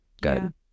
good